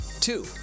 Two